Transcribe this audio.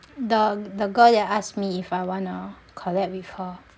the the girl that asked me if I wanna collab with her